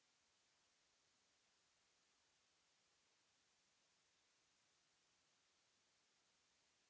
Merci